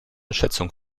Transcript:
schätzung